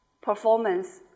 performance